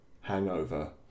hangover